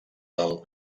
del